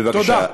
בבקשה.